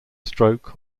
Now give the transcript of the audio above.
stroke